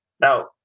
Now